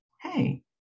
hey